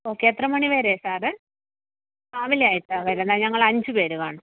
okay എത്ര മണിവരെ സാറെ രാവിലെയായിട്ടാണ് വരണത് ഞങ്ങൾ അഞ്ച് പേര് കാണും